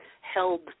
held